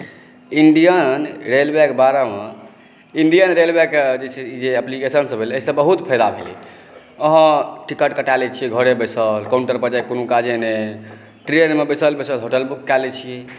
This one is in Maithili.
इन्डियन रेलवेके बारेमे इण्डियन रेलवेके जे छै एप्लिकेशन सभ एलै एहिसँ बहुत फायदा भेलै आओर टिकट कटा लै छियै घरेमे बैसल काउण्टर पर जाएकी कोनो काजे नहि ट्रेनमे बैसल बैसल होटल बुक कए लै छी